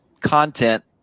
content